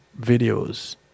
videos